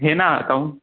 है ना अकाउन्ट